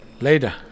Later